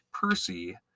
Percy